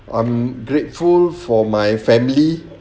I'm grateful for my family